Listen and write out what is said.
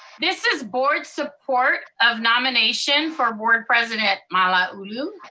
this is board support of nomination for board president malauulu,